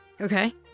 Okay